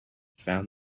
found